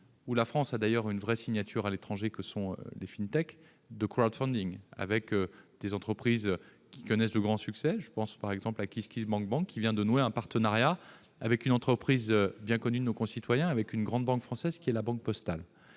où la France a d'ailleurs une vraie signature à l'étranger, avec des entreprises qui connaissent de grands succès. Je pense, par exemple, à KissKissBankBank, qui vient de nouer un partenariat avec une entreprise bien connue de nos concitoyens, une grande banque française, la Banque Postale.